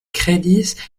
kredis